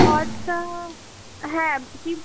খরচা হ্যাঁ কী